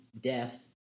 death